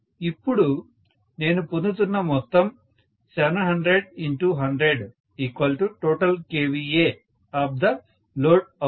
ఇప్పుడు నేను పొందుతున్న మొత్తం 700100total kVAof the load అవుతుంది